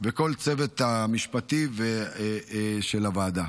ולכל הצוות המשפטי של הוועדה.